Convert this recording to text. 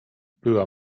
była